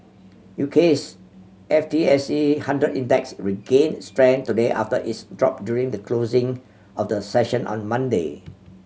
U K's F T S E hundred Index regained strength today after its drop during the closing of the session on Monday